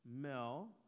Mel